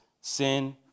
sin